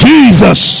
Jesus